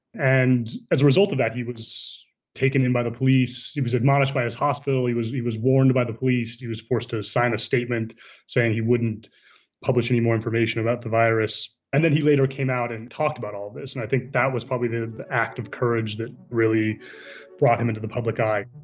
and as a result of that, he was taken in by the police. he was admonished by his hospital. he was he was warned by the police. he was forced to sign a statement saying he wouldn't publish any more information about the virus. and then he later came out and talked about all this. and i think that was probably the the act of courage that really brought him into the public eye